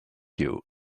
you